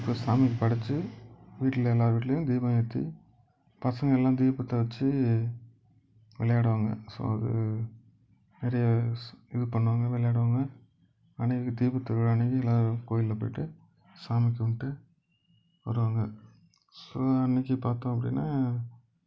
அப்புறம் சாமிக்கு படைத்து வீட்டில் எல்லார் வீட்லேயும் தீபம் ஏற்றி பசங்க எல்லாம் தீபத்தை வைச்சி விளையாடுவாங்க ஸோ அது நிறைய இது பண்ணுவாங்க விளாடுவாங்க அனைவரும் தீபத்திருவிழா அன்னைக்கு எல்லோரும் கோவில்ல போய்ட்டு சாமி கும்பிட்டு வருவாங்க ஸோ அன்னைக்கு பார்த்தோம் அப்படின்னா